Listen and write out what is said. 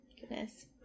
Goodness